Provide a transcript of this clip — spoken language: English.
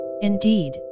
Indeed